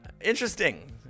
Interesting